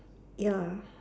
ya